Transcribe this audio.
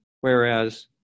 Whereas